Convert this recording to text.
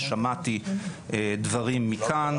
ושמעתי דברים מכאן,